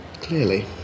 Clearly